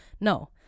No